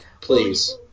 Please